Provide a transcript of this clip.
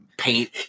paint